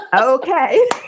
Okay